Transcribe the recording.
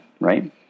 right